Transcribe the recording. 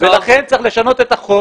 לכן צריך לשנות את החוק.